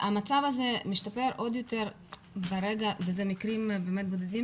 והמצב הזה משתפר עוד יותר במקרים בודדים